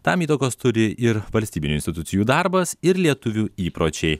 tam įtakos turi ir valstybinių institucijų darbas ir lietuvių įpročiai